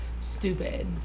stupid